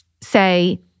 say